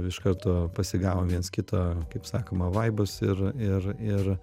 iš karto pasigavom viens kito kaip sakoma vaibus ir ir ir